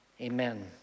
Amen